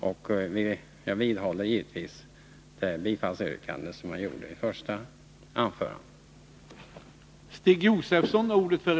Jag vidhåller givetvis det yrkande jag ställde i mitt första anförande.